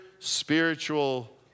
spiritual